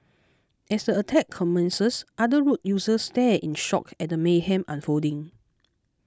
as the attack commences other road users stared in shock at the mayhem unfolding